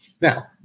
Now